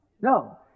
No